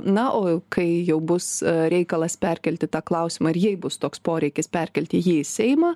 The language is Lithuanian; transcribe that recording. na o kai jau bus reikalas perkelti tą klausimą ir jei bus toks poreikis perkelti jį į seimą